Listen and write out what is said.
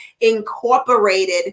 incorporated